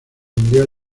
mundial